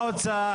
החוצה.